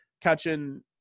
catching